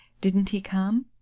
didn't he come?